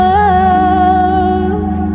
love